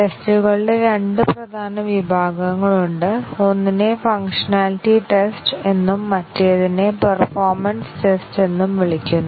ടെസ്റ്റുകളുടെ രണ്ട് പ്രധാന വിഭാഗങ്ങളുണ്ട് ഒന്നിനെ ഫംഗ്ഷനാലിറ്റി ടെസ്റ്റ് എന്നും മറ്റേതിനെ പെർഫോമൻസ് ടെസ്റ്റ് എന്നും വിളിക്കുന്നു